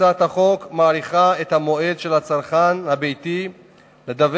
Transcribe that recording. הצעת החוק מאריכה את המועד שבו על הצרכן הביתי לדווח